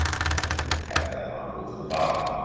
and that'll add that module to the bottom.